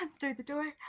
and through the door,